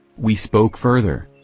we spoke further.